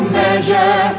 measure